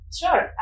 sure